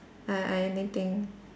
uh I anything